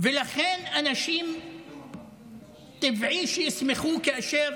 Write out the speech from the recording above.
טבעי שאנשים ישמחו כאשר